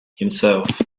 himself